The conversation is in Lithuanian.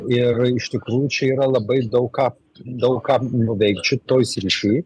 ir iš tikrųjų čia yra labai daug ką daug ką nuveikt šitoj srity